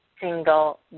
single